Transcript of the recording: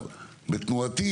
בהיבט התנועתי